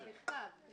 אבל בכתב.